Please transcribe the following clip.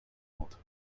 ort